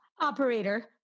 Operator